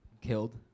killed